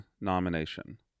nomination